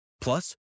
Plus